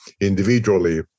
individually